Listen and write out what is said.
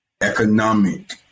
economic